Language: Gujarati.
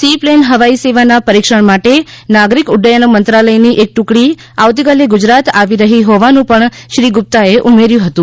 સી પ્લેન હવાઈ સેવાના પરીક્ષણ માટે નાગરિક ઉ હુયન મંત્રાલયની એક ટુકડી આવતીકાલે ગુજરાત આવી રહી હોવાનું પણ શ્રી ગુપ્તાએ ઉમેર્યું હતું